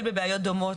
בבעיות דומות,